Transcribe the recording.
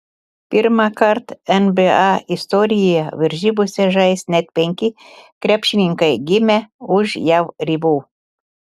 pirmąkart nba istorijoje varžybose žais net penki krepšininkai gimę už jav ribų